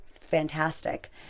fantastic